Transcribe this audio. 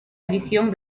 edición